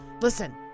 Listen